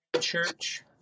church